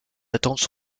attentes